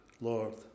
Lord